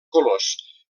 colors